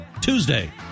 Tuesday